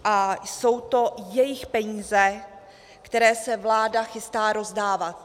A jsou to jejich peníze, které se vláda chystá rozdávat.